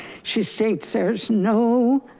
she states, there's no